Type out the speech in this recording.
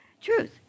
Truth